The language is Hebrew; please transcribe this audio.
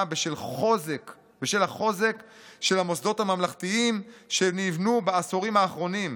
בשל החוזק של המוסדות הממלכתיים שנבנו בעשורים האחרונים.